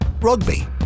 Rugby